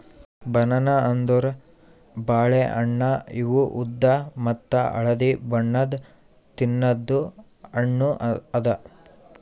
banana ಅಂದುರ್ ಬಾಳೆ ಹಣ್ಣ ಇವು ಉದ್ದ ಮತ್ತ ಹಳದಿ ಬಣ್ಣದ್ ತಿನ್ನದು ಹಣ್ಣು ಅದಾ